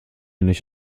nicht